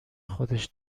خودش